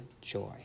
joy